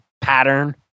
pattern